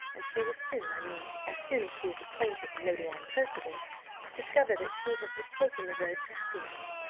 and she will soon i mean as soon as she is acquainted with lady anne percival discover that she has mistaken the road to happiness.